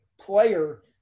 player